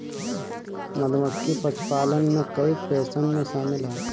मधुमक्खी पशुपालन में कई देशन में शामिल ह